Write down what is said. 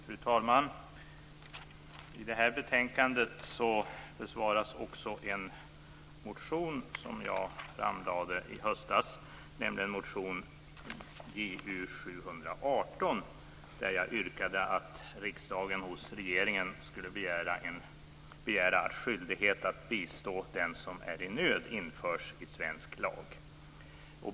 Fru talman! I det här betänkandet besvaras också en motion som jag framlade i höstas, nämligen motion Ju718 där jag yrkade att riksdagen hos regeringen skulle begära att skyldighet att bistå den som är i nöd införs i svensk lag.